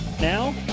Now